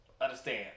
Understand